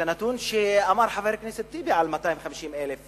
הנתון שאמר חבר הכנסת טיבי על ה-250,000 שקל.